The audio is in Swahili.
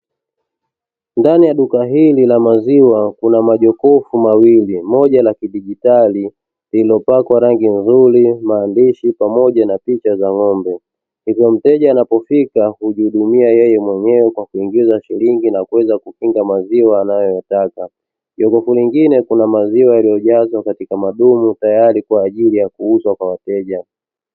Ndani ya duka hili la maziwa kuna majokofu mawili, moja la kidigitali lililopakwa rangi nzuri maandishi pamoja na picha za ng'ombe, hivyo mteja anapofika hujihudumia yeye mwenyewe kwa kuingiza shilingi na kuweza kujikinga maziwa anayo yataka, jokofu lingine lina maziwa yaliyojazwa katika madumu tayari kwaajili ya kuuzwa kwa wateja.